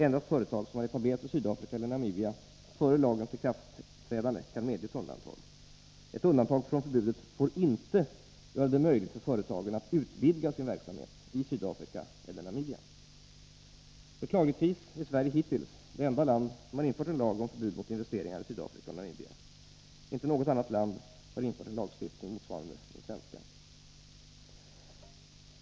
Endast företag som har etablerats i Sydafrika eller Namibia före lagens ikraftträdande kan medges undantag. Ett undantag från förbudet får inte göra det möjligt för företagen att utvidga sin verksamhet i Sydafrika eller Namibia. Beklagligtvis är Sverige hittills det enda land som har infört en lag om förbud mot investeringar i Sydafrika och Namibia. Inte något annat land har infört en lagstiftning motsvarande den svenska.